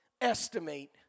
estimate